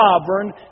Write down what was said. sovereign